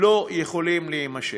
לא יכולים להימשך.